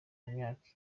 imyaka